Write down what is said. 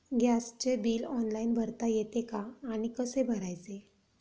गॅसचे bill online भरता येते का आणि कसे भरायचे?